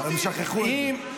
הם שכחו את זה.